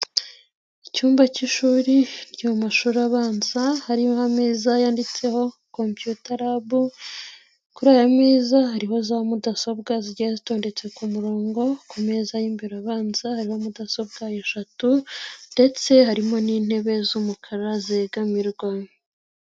Icyumba cy'ishuri ryo mu mashuri abanza harimo ameza yanditseho kompiyuta rabu, kuri aya meza harimo za mudasobwa zigenda zitondetse ku murongo, ku meza y'imbere abanza hariho mudasobwa eshatu ndetse harimo n'intebe z'umukara zegamirwa.